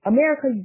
America